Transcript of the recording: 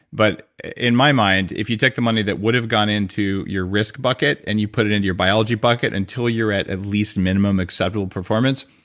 but in my mind, if you take the money that would've gone into your risk bucket and you put it into your biology bucket until you're at at least minimum acceptable performance,